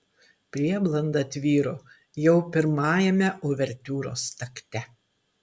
prieblanda tvyro jau pirmajame uvertiūros takte